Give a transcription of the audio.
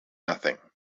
nothing